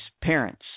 Parents